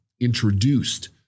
introduced